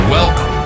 Welcome